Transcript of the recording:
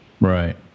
Right